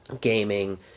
Gaming